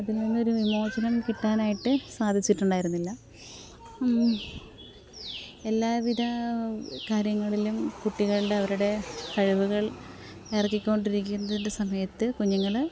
അതില് നിന്നൊരു വിമോചനം കിട്ടാനായിട്ട് സാധിച്ചിട്ടുണ്ടായിരിന്നില്ല എല്ലാ വിധ കാര്യങ്ങളിലും കുട്ടികളുടെ അവരുടെ കഴിവുകള് ആർജിച്ചു കൊണ്ടിരിക്കുന്നതിൻ്റെ സമയത്ത് കുഞ്ഞിൻ്റെ